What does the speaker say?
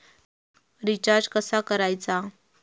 Recharge कसा करायचा?